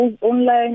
online